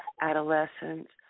adolescents